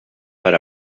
per